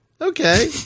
Okay